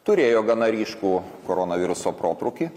turėjo gana ryškų koronaviruso protrūkį